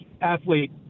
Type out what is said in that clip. athlete